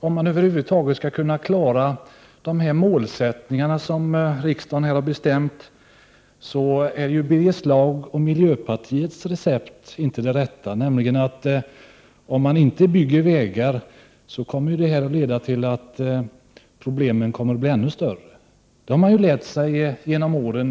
Om man över huvud taget skall kunna klara de målsättningar som riksdagen har bestämt, så är ju Birger Schlaugs och miljöpartiets recept inte det rätta. Om man inte bygger vägar, kommer problemen att bli ännu större. Det har man lärt sig genom åren.